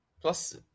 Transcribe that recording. plus